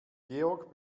georg